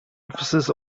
emphasis